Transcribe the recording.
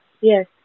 Yes